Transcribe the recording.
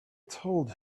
told